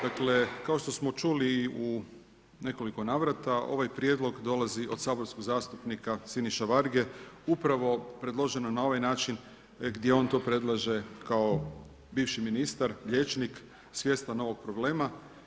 Dakle, kao što smo čuli u nekoliko navrata ovaj prijedlog dolazi od saborskog zastupnika Siniše Varge upravo predloženo na ovaj način gdje on to predlaže kao bivši ministar, liječnik svjestan ovog problema.